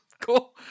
cool